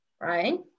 right